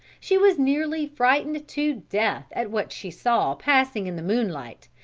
she was nearly frightened to death at what she saw passing in the moonlight,